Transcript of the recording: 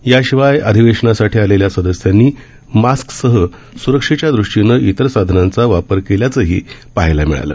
याशिवाय अधिवेशनासाठी आलेल्या सदस्यांनी मास्कसह स्रक्षेच्या दृष्टीनं इतर साधनांचा वापर केल्याचंही पाहायला मिळालं